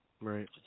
Right